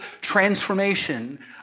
transformation